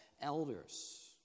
elders